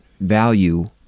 value